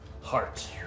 heart